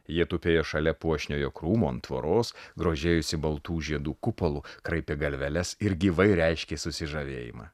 jie tupėjo šalia puošniojo krūmo ant tvoros grožėjosi baltų žiedų kupolu kraipė galveles ir gyvai reiškė susižavėjimą